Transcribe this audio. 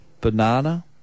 banana